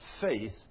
faith